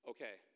Okay